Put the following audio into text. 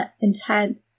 intent